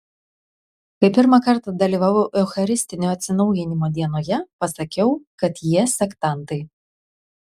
kai pirmą kartą dalyvavau eucharistinio atsinaujinimo dienoje pasakiau kad jie sektantai